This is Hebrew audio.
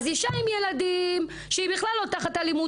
אישה עם ילדים שהיא בכלל לא תחת אלימות